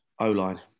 O-line